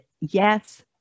yes